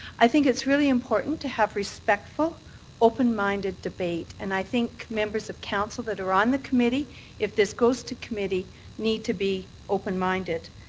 i think it's really important to have respectful open-minded debate and i think members of council that are on the committee if this goes to committee need to be open minded